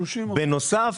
בנוסף,